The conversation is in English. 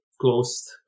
closed